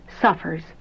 suffers